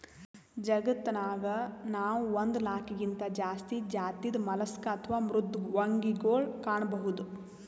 ಜಗತ್ತನಾಗ್ ನಾವ್ ಒಂದ್ ಲಾಕ್ಗಿಂತಾ ಜಾಸ್ತಿ ಜಾತಿದ್ ಮಲಸ್ಕ್ ಅಥವಾ ಮೃದ್ವಂಗಿಗೊಳ್ ಕಾಣಬಹುದ್